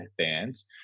fans